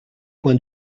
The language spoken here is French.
coin